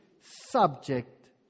subject